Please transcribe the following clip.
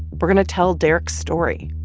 we're going to tell derek's story.